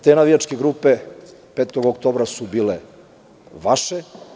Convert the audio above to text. Te navijačke grupe 5. oktobra su bile vaše.